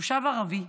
תושב ערבי,